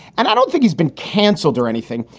and i don't think he's been canceled or anything,